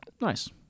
Nice